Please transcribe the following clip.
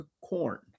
corn